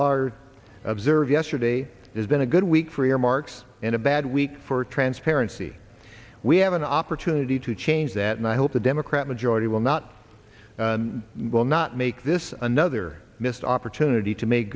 larger observe yesterday there's been a good week for earmarks in a bad week for transparency we have an opportunity to change that and i hope a democrat majority will not will not make this another missed opportunity to make